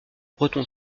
breton